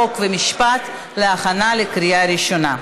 חוק ומשפט להכנה לקריאה ראשונה.